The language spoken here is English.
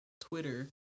Twitter